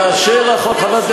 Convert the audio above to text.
כאשר החוק הזה,